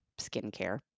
skincare